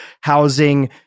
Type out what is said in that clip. housing